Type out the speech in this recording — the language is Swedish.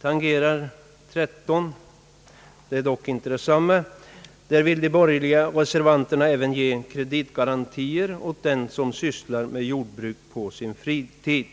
tangerar reservation 13 — vill de borgerliga reservanterna ge kreditgarantier också åt den som sysslar med jordbruk på sin fritid.